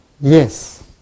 Yes